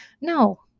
No